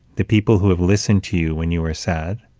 the people who have listened to you when you were sad,